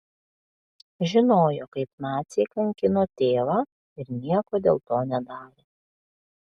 žinojo kaip naciai kankino tėvą ir nieko dėl to nedarė